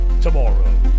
tomorrow